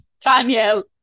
Danielle